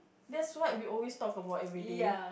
that's what we always talk about everyday